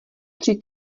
tři